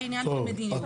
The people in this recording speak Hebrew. זה עניין של מדיניות.